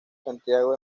santiago